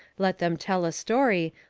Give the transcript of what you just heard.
let them tell a story,